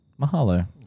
Mahalo